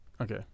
Okay